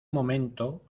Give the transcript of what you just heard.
momento